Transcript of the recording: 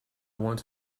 want